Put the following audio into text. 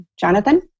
Jonathan